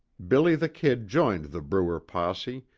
billy the kid joined the bruer posse,